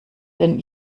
denn